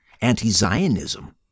anti-Zionism